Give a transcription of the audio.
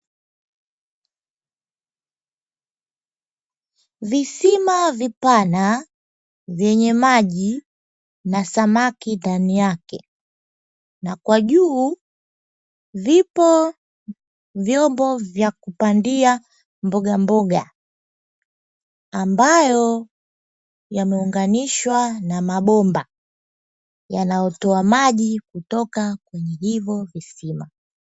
Visima vipana vyenye maji na samaki ndani yake na kwa juu vipo vyombo vya kupandia mbogamboga, ambayo yameunganishwa na mabomba yanayotoa maji kutoka kwenye hivyo visima.